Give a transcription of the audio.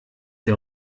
der